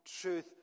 truth